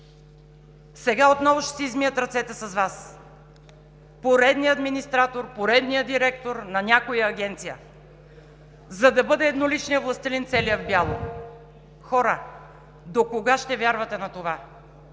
Сега отново ще си измие ръцете с Вас – поредният администратор, поредният директор на някоя агенция, за да бъде едноличният властелин целият в бяло. Хора, докога ще вярвате на това?